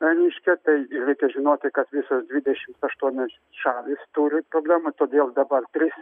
aniškio tai ir reikia žinoti kad visos dvidešimts aštuonios šalys turi problemų todėl dabar trys